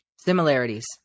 similarities